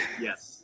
Yes